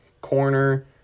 corner